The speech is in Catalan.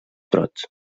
brots